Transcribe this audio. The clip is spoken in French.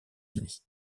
unis